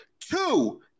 Two